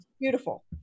Beautiful